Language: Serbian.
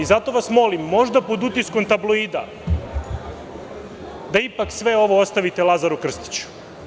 Zato vas molim, možda pod utiskom tabloida, da ipak sve ovo ostavite Lazaru Krstiću.